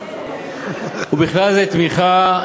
ובכלל זה תמיכה,